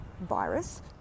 virus